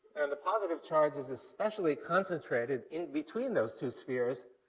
and the positive charge is especially concentrated in between those two spheres,